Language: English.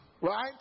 right